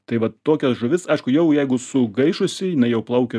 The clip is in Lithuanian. tai vat tokias žuvis aišku jau jeigu sugaišusi jinai jau plaukia